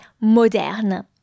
moderne